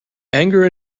anger